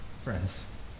friends